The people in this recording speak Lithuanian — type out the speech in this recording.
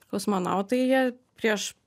kosmonautai jie prieš